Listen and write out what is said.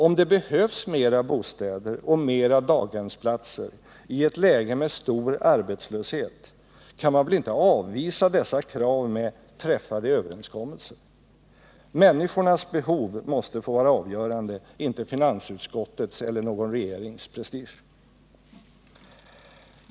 Om det behövs fler bostäder och fler daghemsplatser i ett läge med stor arbetslöshet, kan man väl inte avvisa dessa krav med ”träffade överenskommelser”! Människornas behov måste få vara avgörande, inte finansutskottets eller någon regerings prestige.